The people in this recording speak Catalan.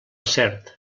cert